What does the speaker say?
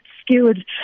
skewed